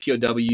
POW